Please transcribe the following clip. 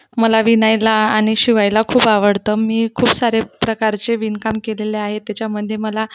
मला विणायला आणि शिवायला खूप आवडतं मी खूप सारे प्रकारचे विणकाम केलेले आहे त्याच्यामध्ये मला